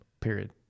period